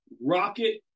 rocket